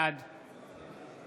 בעד אורית מלכה סטרוק, בעד